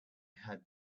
had